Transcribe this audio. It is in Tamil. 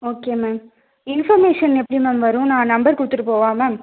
ஓகே மேம் இன்ஃபர்மேஷன் எப்படி மேம் வரும் நான் நம்பர் கொடுத்துட்டு போகவா மேம்